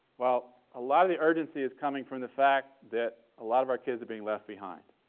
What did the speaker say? well, a lot of the urgency is coming from the fact that a lot of our kids are being left behind.